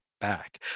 back